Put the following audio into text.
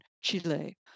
Chile